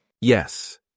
Yes